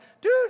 dude